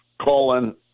colon